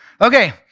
Okay